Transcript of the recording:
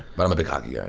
but i'm a big hockey guy.